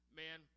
man